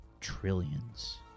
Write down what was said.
trillions